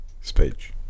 speech